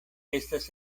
estas